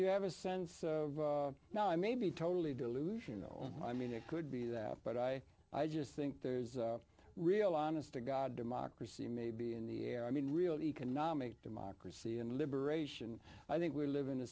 you have a sense now i may be totally delusional i mean it could be that but i i just think there's a real honest to god democracy may be in the air i mean real economic democracy and liberation i think we live in a